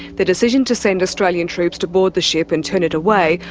the decision to send australian troops to board the ship and turn it away,